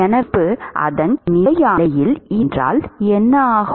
எனவே அமைப்பு அதன் நிலையான நிலையில் இல்லை என்றால் என்ன ஆகும்